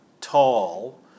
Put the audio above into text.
tall